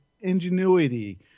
ingenuity